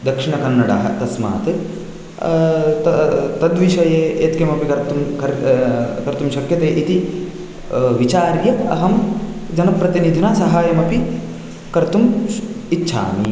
दक्षिणकन्नडः तस्मात् त् तद्विषये यत्किमपि कर्तुं खर् कर्तुं शक्यते इति विचार्य अहं जनप्रतिनिधिना साहाय्यमपि कर्तुम् इच्छामि